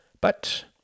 But